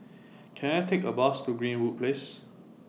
Can I Take A Bus to Greenwood Place